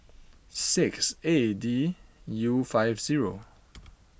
six A D U five zero